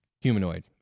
humanoid